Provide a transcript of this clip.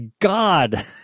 God